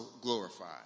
glorified